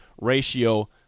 ratio